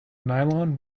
nylon